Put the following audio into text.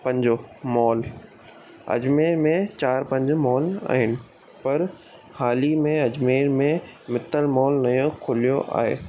पंजो मॉल अजमेर में चार पंज मॉल आहिनि पर हाल ई में अजमेर में मित्तल मॉल नयो खुलियो आहे